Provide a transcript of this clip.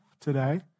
today